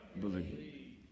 Believe